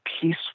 peace